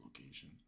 location